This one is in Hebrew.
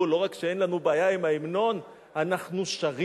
אמרו: לא רק שאין לנו בעיה עם ההמנון,